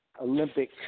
Olympic